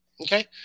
Okay